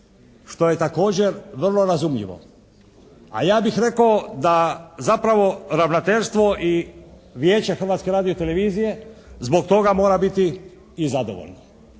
što je također vrlo razumljivo. A ja bih rekao da zapravo ravnateljstvo i Vijeće Hrvatske radiotelevizije zbog toga mora biti i zadovoljno